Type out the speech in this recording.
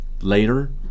Later